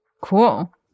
Cool